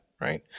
right